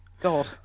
God